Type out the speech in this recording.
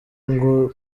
ngo